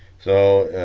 so